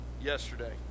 Yesterday